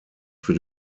für